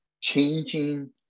changing